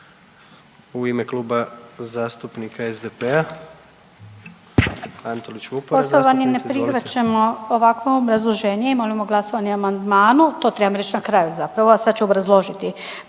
u ime Kluba zastupnika Centra